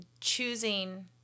choosing